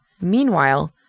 Meanwhile